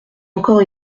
encore